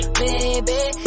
baby